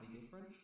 different